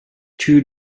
two